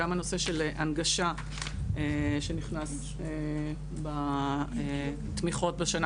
גם הנושא של הנגשה שנכנס בתמיכות בשנה